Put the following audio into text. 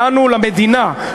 לנו למדינה,